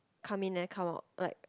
come in and come out like